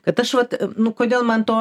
kad aš vat nu kodėl man to